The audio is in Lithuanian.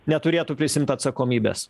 neturėtų prisiimt atsakomybės